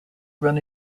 run